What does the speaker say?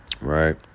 Right